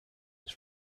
his